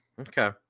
Okay